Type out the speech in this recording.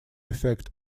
effect